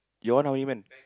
your one how many man